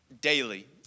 daily